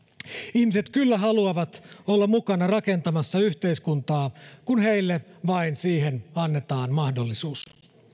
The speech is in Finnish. ihmiset kyllä haluavat olla mukana rakentamassa yhteiskuntaa kun heille vain siihen annetaan mahdollisuus